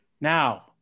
Now